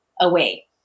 away